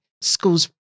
schools